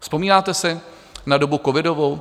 Vzpomínáte si na dobu covidovou?